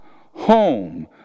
home